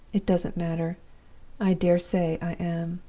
it doesn't matter i dare say i am.